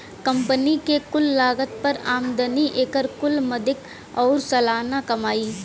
company के कुल लागत पर आमदनी, एकर कुल मदिक आउर सालाना कमाई